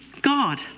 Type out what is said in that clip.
God